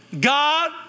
God